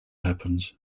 happens